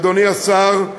אדוני השר,